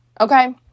Okay